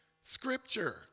scripture